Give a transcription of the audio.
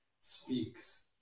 speaks